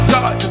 God